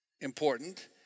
important